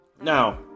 Now